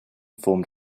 formed